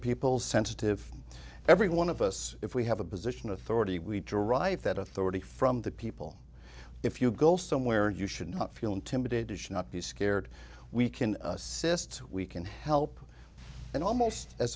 people sensitive every one of us if we have a position of authority we derive that authority from the people if you go somewhere you should not feel intimidated should not be scared we can assist we can help and almost as